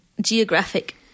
geographic